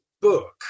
book